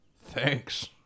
Thanks